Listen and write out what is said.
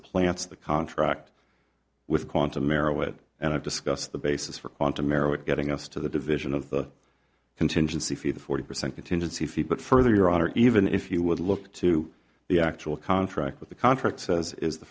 supplants the contract with quantum erowid and i've discussed the basis for quantum aero it getting us to the division of the contingency fee the forty percent contingency fee but further your honor even if you would look to the actual contract with the contract says is the